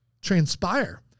transpire